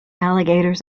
alligators